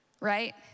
right